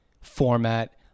format